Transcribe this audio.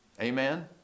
Amen